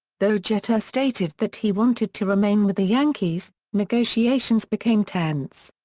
though jeter stated that he wanted to remain with the yankees, negotiations became tense.